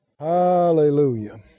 Hallelujah